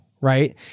right